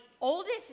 oldest